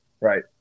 right